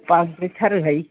बांद्रायथारोहाय